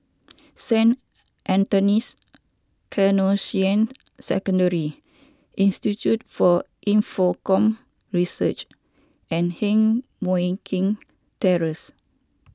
Saint Anthony's Canossian Secondary Institute for Infocomm Research and Heng Mui Keng Terrace